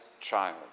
child